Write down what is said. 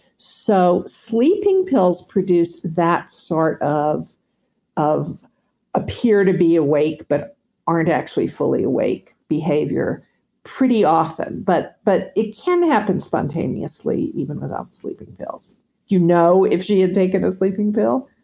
so sleeping pills produce that sort of of appear to be awake but aren't actually fully awake behavior pretty often. but but it can happen spontaneously, even without sleeping pills. do you know if she had taken a sleeping pill?